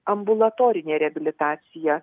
ambulatorinė reabilitacija